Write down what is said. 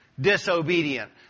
disobedient